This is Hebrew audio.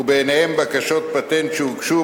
וביניהן בקשות פטנט שהוגשו,